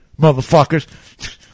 motherfuckers